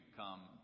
come